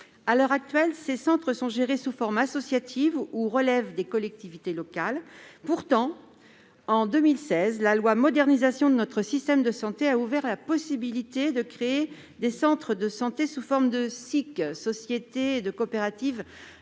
À l'heure actuelle, ces centres sont gérés sous la forme associative ou relèvent des collectivités locales. Pourtant, en 2016, la loi de modernisation de notre système de santé a permis la création de centres de santé sous la forme de sociétés coopératives